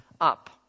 up